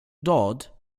dodd